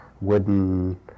wooden